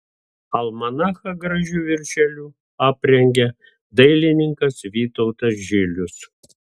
almanachą gražiu viršeliu aprengė dailininkas vytautas žilius